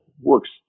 works